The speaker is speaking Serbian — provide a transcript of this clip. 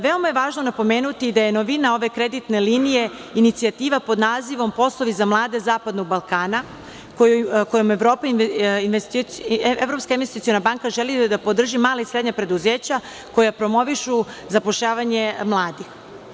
Veoma je važno napomenuti da je novina ove kreditne linije inicijativa pod nazivom „Poslovi za mlade zapadnog Balkana“ kojom Evropska investiciona banka želi da podrži mala i srednja preduzeća koja promovišu zapošljavanje mladih.